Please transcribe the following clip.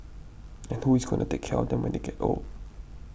and who is going to take care of them when they get old